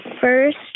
first